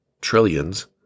trillions